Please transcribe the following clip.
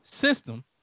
system